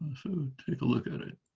so take a look at it.